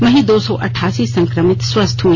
वहीं दो सौ अटठासी संकभित स्वस्थ हुए